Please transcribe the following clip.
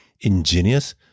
ingenious